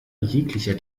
jeglicher